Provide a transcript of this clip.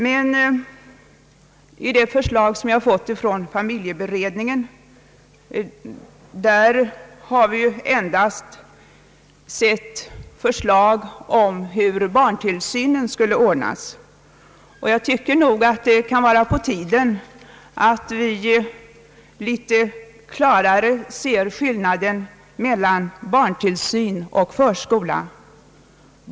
Men i det förslag som vi har fått från familjeberedningen finns endast förslag om hur barntillsynen skall ordnas. Jag tycker nog att det kan vara på tiden att vi klarare ser skillnaden mellan barntillsyn och förskola.